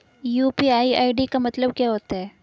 UPI ID का मतलब क्या होता है?